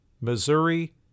Missouri